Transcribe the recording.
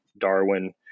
Darwin